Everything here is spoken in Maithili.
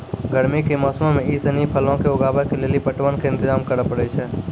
गरमी के मौसमो मे इ सिनी फलो के उगाबै के लेली पटवन के इंतजाम करै पड़ै छै